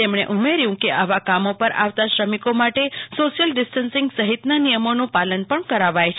તેમને ઉમેર્યું કે આવા કામો પર આવતા શ્રમિકો માટે શોશિયલ ડીસ્ટન્સીંગ સહિતના નિયમોનું પાલન પણ કરાવાય છે